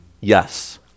yes